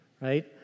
right